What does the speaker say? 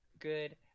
Good